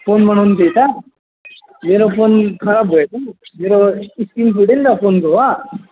phone बनाउनु थियो त मेरो फोन खराब भयो त मेरो स्क्रिन फुट्यो नि त फोनको हो